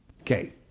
Okay